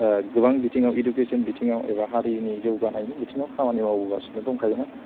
गोबां बिथिङाव इडुकेसन बिथिङाव एबा हारिनि जौगानायनि बिथिङाव खामानि मावगाबोसिनो दंखायोमोन